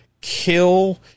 kill